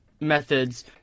methods